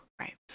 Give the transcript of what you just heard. Right